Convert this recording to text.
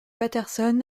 patterson